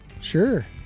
sure